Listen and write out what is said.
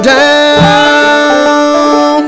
down